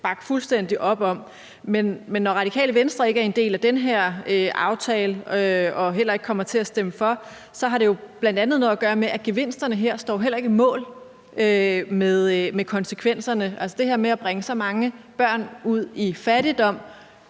bakke fuldstændig op om. Men når Radikale Venstre ikke er en del af denne her aftale og heller ikke komme til at stemme for den, har det bl.a. noget at gøre med, at gevinsterne her heller ikke står mål med konsekvenserne. Over for det her med at bringe så mange børn ud i fattigdom